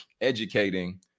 educating